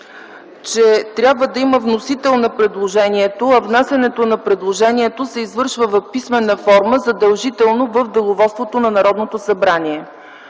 че трябва да има вносител на предложението, а внасянето на предложението се извършва в писмена форма задължително в деловодството на Народното събрание.